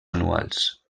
anuals